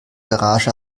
garage